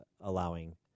allowing